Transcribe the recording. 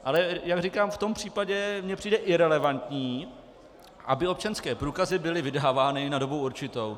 Ale jak říkám, v tom případě mi přijde irelevantní, aby občanské průkazy byly vydávány na dobu určitou.